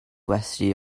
gwesty